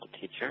teacher